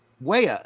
Wea